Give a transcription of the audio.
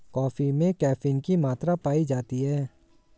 coffee में caffeine की मात्रा पाई जाती है